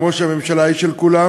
כמו שהממשלה היא של כולם,